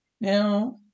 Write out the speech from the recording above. Now